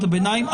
הביניים.